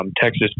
Texas